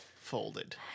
folded